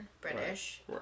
British